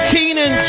Keenan